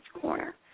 corner